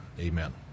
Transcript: Amen